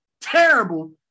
terrible